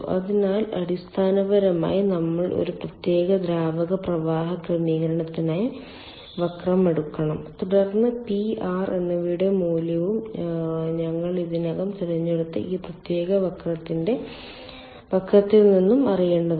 അതിനാൽ അടിസ്ഥാനപരമായി നമ്മൾ ഒരു പ്രത്യേക ദ്രാവക പ്രവാഹ ക്രമീകരണത്തിനായി വക്രം എടുക്കണം തുടർന്ന് P R എന്നിവയുടെ മൂല്യവും ഞങ്ങൾ ഇതിനകം തിരഞ്ഞെടുത്ത ഈ പ്രത്യേക വക്രത്തിൽ നിന്നും അറിയേണ്ടതുണ്ട്